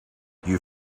you